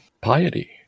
piety